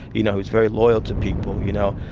you know, he was very loyal to people, you know,